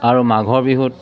আৰু মাঘৰ বিহুত